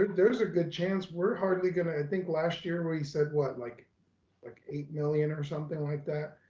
there's a good chance. we're hardly gonna, i think last year where he said what, like like eight million or something like that,